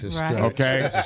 Okay